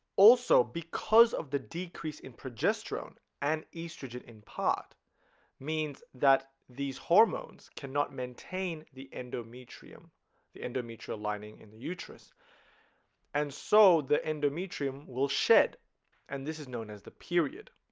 also because of the decrease in progesterone and estrogen in part means that these hormones cannot maintain the endometrium the endometrial lining in the uterus and so the endometrium will shed and this is known as the period